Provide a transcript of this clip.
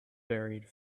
buried